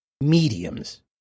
mediums